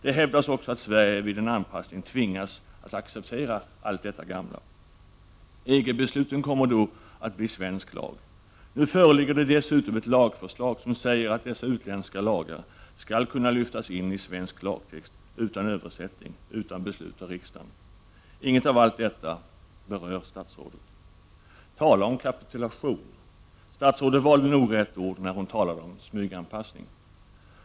Det hävdas också att Sverige vid en anpassning tvingas att acceptera allt detta. EG-besluten kommer då att bli svensk lag. Nu föreligger det dessutom ett lagförslag där det sägs att utländska lagar skall kunna lyftas in i svensk lagtext utan översättning och utan beslut av riksdagen. Inget av detta berör statsrådet i svaret. Tala om kapitulation! Statsrådet valde nog rätt ord när hon talade om smyganpassning.